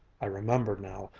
i remember now,